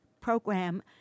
program